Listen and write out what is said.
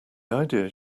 ideas